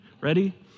ready